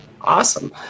Awesome